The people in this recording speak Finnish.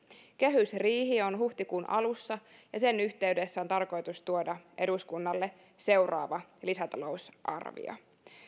kehysriihi on huhtikuun alussa ja sen yhteydessä on tarkoitus tuoda eduskunnalle seuraava lisätalousarvio